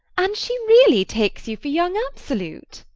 and she really takes you for young absolute?